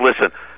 Listen